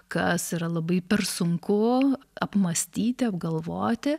kas yra labai per sunku apmąstyti apgalvoti